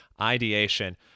ideation